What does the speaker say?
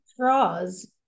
draws